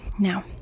Now